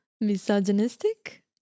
misogynistic